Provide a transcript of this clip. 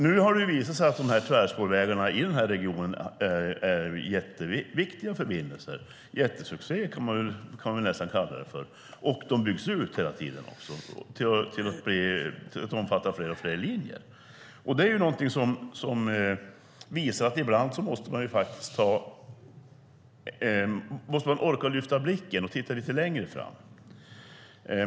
Nu har det visat sig att tvärspårvägarna i den här regionen är jätteviktiga förbindelser, en jättesuccé kan man nästan kalla det för. Och de byggs ut hela tiden till att omfatta fler och fler linjer. Det är någonting som visar att man ibland faktiskt måste orka lyfta blicken och titta lite längre fram.